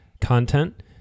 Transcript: content